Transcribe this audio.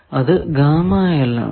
അത് ആണ്